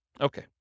Okay